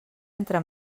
entre